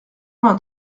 vingt